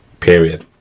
period.